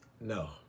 No